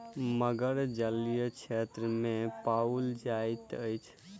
मगर जलीय क्षेत्र में पाओल जाइत अछि